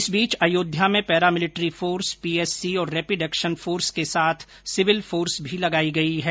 इस बीच अयोध्या में पैरामिलट्री फोर्स पीएससी और रेपिड एक्शन फोर्स के साथ सिविल फोर्स भी लगाई गई है